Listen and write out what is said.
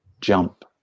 jump